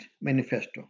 Manifesto